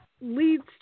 leads